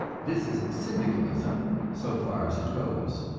this is syndicalism so far as it goes.